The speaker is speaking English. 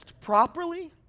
properly